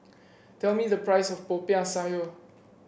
tell me the price of Popiah Sayur